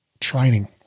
training